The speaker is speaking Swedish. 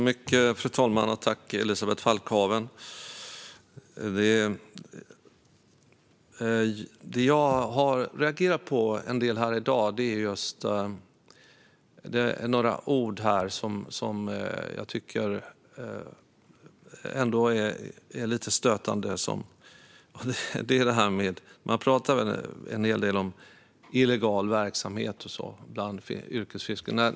Fru talman! Tack, Elisabeth Falkhaven! Jag har reagerat en del på några ord jag tycker har varit stötande här i dag. Man pratar en hel del om illegal verksamhet bland yrkesfiskare.